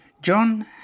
John